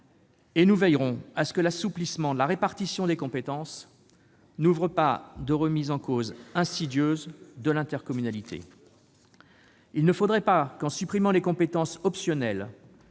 à leur taille, et à ce que l'assouplissement de la répartition des compétences n'ouvre pas de remise en cause insidieuse de l'intercommunalité. Il ne faudrait pas que la suppression des compétences optionnelles